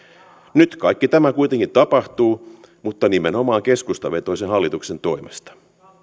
nyt kaikki tämä kuitenkin tapahtuu mutta nimenomaan keskustavetoisen hallituksen toimesta